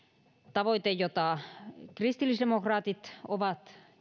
tavoite jota kristillisdemokraatit ovat